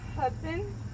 husband